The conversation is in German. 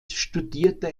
studierte